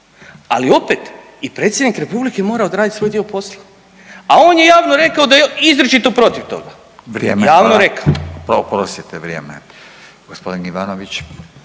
ali opet i Predsjednik Republike mora odraditi svoj dio posla, a on je javno rekao da je izričito protiv toga …/Upadica: Vrijeme, hvala./… javno